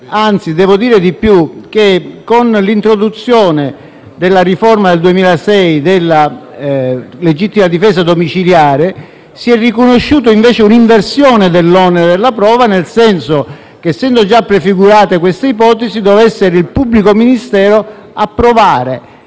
Anzi, devo dire di più: con l'introduzione, nella riforma del 2006, della legittima difesa domiciliare, si è riconosciuta un'inversione dell'onere della prova, nel senso che, essendo già prefigurata questa ipotesi, deve essere il pubblico ministero a provare,